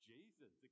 Jesus